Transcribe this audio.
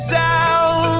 down